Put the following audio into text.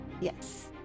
Yes